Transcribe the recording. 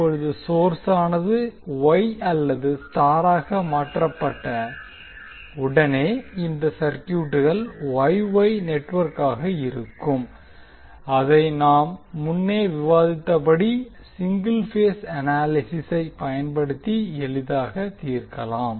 இப்பொது சோர்ஸானது வொய் அல்லது ஸ்டாராக மாற்றப்பட்ட உடனே இந்த சர்க்யூட்கள் வொய் வொய் நெட்வொர்க்காக இருக்கும் அதை நாம் முன்னே விவாதித்தபடி சிங்கிள் பேஸ் அனாலிசிஸ் ஐ பயன்படுத்தி எளிதாக தீர்க்கலாம்